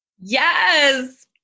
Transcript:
Yes